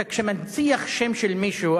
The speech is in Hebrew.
כשאתה מנציח שם של מישהו,